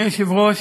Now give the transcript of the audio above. אדוני היושב-ראש,